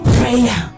prayer